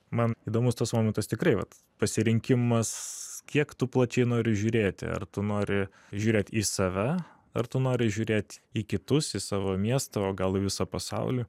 man įdomus tas momentas tikrai vat pasirinkimas kiek tu plačiai nori žiūrėti ar tu nori žiūrėt į save ar tu nori žiūrėt į kitus į savo miestą o gal į visą pasaulį